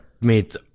made